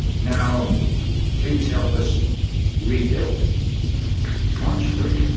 now please help us rebuild it march thirty,